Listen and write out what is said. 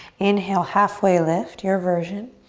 inhale, halfway lift, your version.